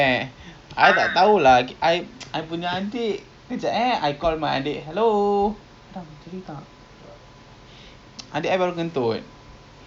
nak pergi makan I pun lapar sekarang belum makan so I pun nak pergi makan actually kan is hafizah going or not to sedap mania like what what do you think the chances are